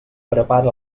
prepara